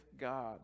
God